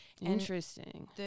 Interesting